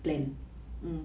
plan mmhmm